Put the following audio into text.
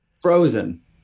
Frozen